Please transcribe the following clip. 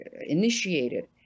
initiated